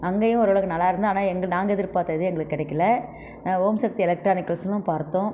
அங்கேயும் ஓரளவுக்கு நல்லா இருந்தது ஆனால் எங்கள் நாங்கள் எதிர்பார்த்தது எங்களுக்கு கிடைக்கல ஓம் சக்தி எலக்ட்ரானிக்கல்ஸிலும் பார்த்தோம்